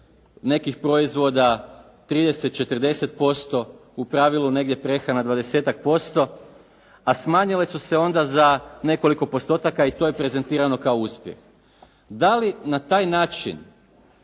nekih proizvoda 30, 40%, u pravilu negdje prehrana 20-tak % a smanjile su se onda za nekoliko postotaka i to je prezentirano kao uspjeh. Da li na taj način